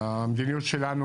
המדיניות שלנו